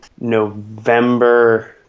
November